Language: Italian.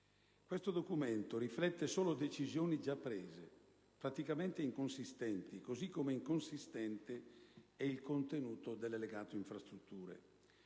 Questo documento riflette solo decisioni già prese, praticamente inconsistenti, così come inconsistente è il contenuto dell'Allegato infrastrutture,